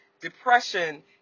depression